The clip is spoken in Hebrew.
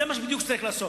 זה בדיוק מה שצריך לעשות.